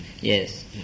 Yes